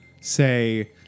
say